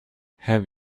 have